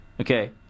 Okay